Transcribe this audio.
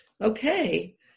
Okay